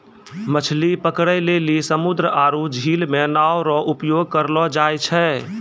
मछली पकड़ै लेली समुन्द्र आरु झील मे नांव रो उपयोग करलो जाय छै